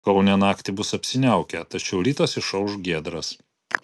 kaune naktį bus apsiniaukę tačiau rytas išauš giedras